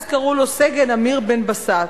אז קראו לו סגן אמיר בן-בסט.